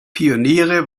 pioniere